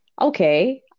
okay